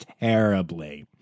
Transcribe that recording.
terribly